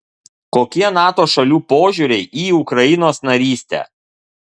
kokie nato šalių požiūriai į ukrainos narystę